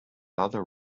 other